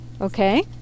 okay